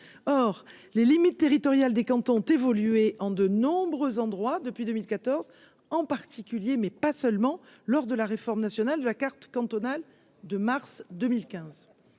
or les limites territoriales des cantons ont évolué en de nombreux endroits depuis 2014 en particulier mais pas seulement, lors de la réforme nationale de la carte cantonale de mars 2015